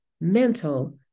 mental